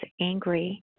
angry